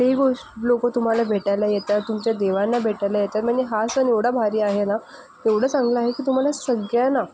ही गोष् लोक तुम्हाला भेटायला येतात तुमच्या देवांना भेटायला येतात म्हणजे हा सण एवढा भारी आहे ना एवढं चांगलं आहे की तुम्हाला सगळ्यांना